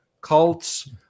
cults